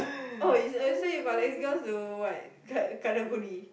oh you uh so you collect girls to to what ka~ Karang-Guni